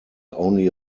only